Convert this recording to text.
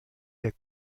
der